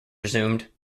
resumed